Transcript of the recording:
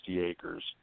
acres